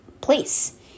place